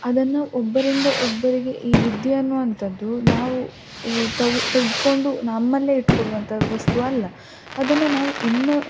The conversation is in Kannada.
ಅದನ್ನು ಒಬ್ಬರಿಂದ ಒಬ್ಬರಿಗೆ ಈ ವಿದ್ಯೆ ಅನ್ನುವಂಥದ್ದು ನಾವು ತೊಗ್ ತೆಗೆದ್ಕೊಂಡು ನಮ್ಮಲ್ಲೇ ಇಟ್ಕೊಳ್ಳುವಂಥ ವಸ್ತು ಅಲ್ಲ ಅದನ್ನು ನಾವು ಇನ್ನು